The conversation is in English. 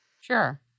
Sure